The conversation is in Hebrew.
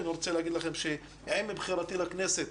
עם בחירתי לכנסת